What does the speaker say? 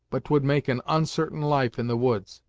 but twould make an onsartain life in the woods!